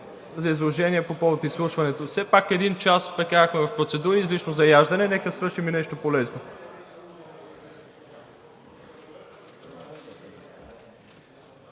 за изложение по повод изслушването. Все пак един час прекарахме в процедури и излишно заяждане. Нека свършим и нещо полезно.